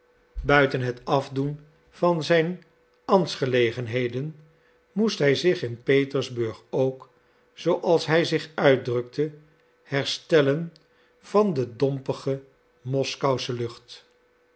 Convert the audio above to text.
buiten het afdoen van zijne ambtsgelegenheden moest hij zich in petersburg ook zooals hij zich uitdrukte herstellen van de dompige moskousche lucht